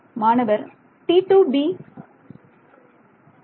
மாணவர் T t b